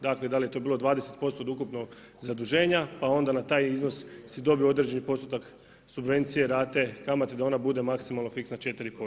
Dakle, da li je to bilo 20% od ukupnog zaduženja pa onda na taj iznos si dobio određeni postotak subvencije rate kamate da ona bude maksimalno fiksna 4%